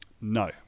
no